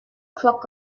clock